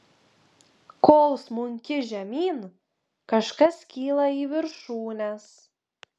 kol smunki žemyn kažkas kyla į viršūnes